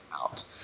out